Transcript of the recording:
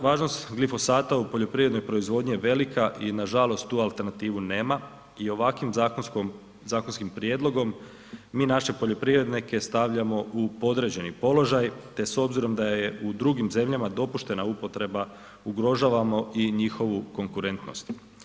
Važnost glifosata u poljoprivrednoj proizvodnji je velika i nažalost tu alternativu nema, i ovakvim zakonskim prijedlogom mi naše poljoprivrednike stavljamo u podređeni položaj, te s obzirom da je u drugim zemljama dopuštena upotreba ugrožavamo i njihovu konkurentnost.